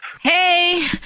Hey